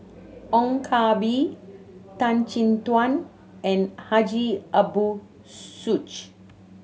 Ong Koh Bee Tan Chin Tuan and Haji Ambo